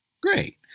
Great